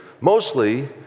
mostly